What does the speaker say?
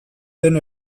den